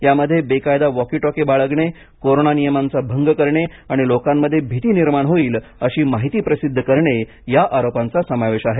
यामध्ये बेकायदा walkie talkie बाळगणे कोरोना नियमांचा भंग करणे आणि लोकांमध्ये भीती निर्माण होईल अशी माहिती प्रसिध्द करणे या आरोपांचा समावेश आहे